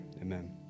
Amen